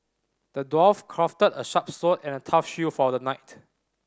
the dwarf crafted a sharp sword and a tough shield for the knight